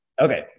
Okay